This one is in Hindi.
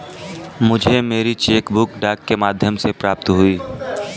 मुझे मेरी चेक बुक डाक के माध्यम से प्राप्त हुई है